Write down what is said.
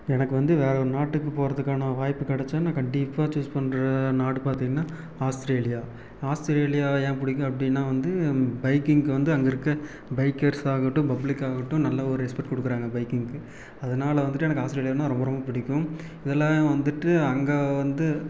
எனக்கு வந்து வேறு ஒரு நாட்டுக்கு போகறதுக்கான வாய்ப்பு கிடச்சா நான் கண்டிப்பாக சூஸ் பண்ணுற நாடு பார்த்திங்கன்னா ஆஸ்த்ரேலியா ஆஸ்ட்ரேலியாவை ஏன் பிடிக்கும் அப்படினா வந்து பைக்கிங்க்கு வந்து அங்கே இருக்க பைக்கர்ஸ் ஆகட்டும் பப்ளிக் ஆகட்டும் நல்ல ஒரு ரெஸ்பெக்ட் கொடுக்குறாங்க பைக்கிங்க்கு அதனால் வந்துவிட்டு எனக்கு ஆஸ்ட்ரேலியானா ரொம்ப ரொம்ப பிடிக்கும் இதெலாம் வந்துவிட்டு அங்கே வந்து